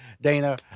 Dana